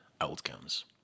outcomes